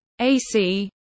AC